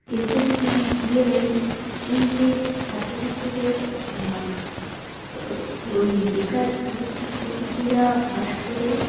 SSC DElEd এই যে ছাত্রছাত্রীদের ও ওই বেকার যুবক যুবতীরা পাশ করে